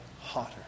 hotter